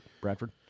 Bradford